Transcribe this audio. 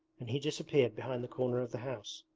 and he disappeared behind the corner of the house.